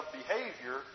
behavior